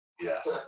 Yes